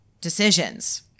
decisions